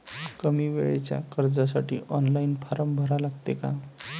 कमी वेळेच्या कर्जासाठी ऑनलाईन फारम भरा लागते का?